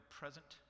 present